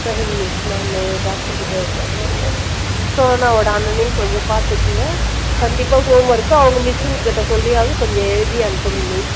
சரிங்க மிஸ் நானு டாக்டருக்கிட்ட சொல்கிறேங்க சோனாவுடையை அண்ணனையும் கொஞ்சம் பார்த்துக்குங்க கண்டிப்பாக ஹோம்ஒர்க் அவங்க மிஸ்ஸுங்கக்கிட்ட சொல்லியாவது கொஞ்சம் எழுதி அனுப்புங்கள் மிஸ்